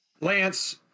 Lance